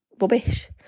rubbish